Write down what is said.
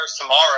tomorrow